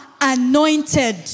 anointed